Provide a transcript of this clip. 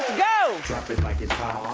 go. drop it like it's